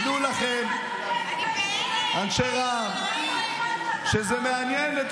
תדעו לכם, אנשי רע"מ, שזה מעניין את